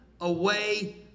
away